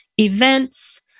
events